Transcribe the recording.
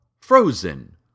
frozen